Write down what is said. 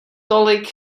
tolik